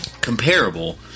comparable